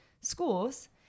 schools